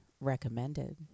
recommended